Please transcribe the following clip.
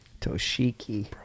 toshiki